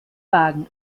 wagen